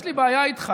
יש לי בעיה איתך,